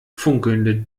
funkelnde